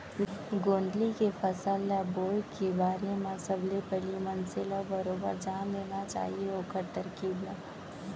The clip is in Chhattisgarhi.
गोंदली के फसल ल बोए के बारे म सबले पहिली मनसे ल बरोबर जान लेना चाही ओखर तरकीब ल